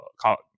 college